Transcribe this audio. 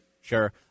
Sure